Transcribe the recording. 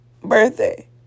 birthday